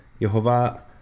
Yehovah